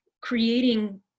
creating